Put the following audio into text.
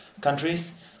countries